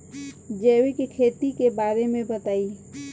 जैविक खेती के बारे में बताइ